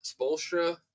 Spolstra